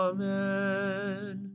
Amen